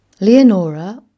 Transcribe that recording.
Leonora